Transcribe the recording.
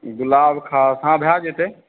गुलाबखास हँ भए जेतै